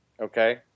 Okay